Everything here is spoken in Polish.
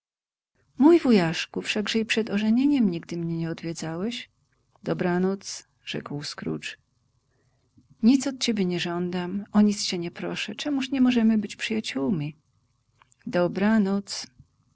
i przed ożenieniem nigdy mię nie odwiedzałeś dobranoc rzekł scrooge nic od ciebie nie żądam o nic cię nie proszę czemuż nie możemy być przyjaciółmi dobranoc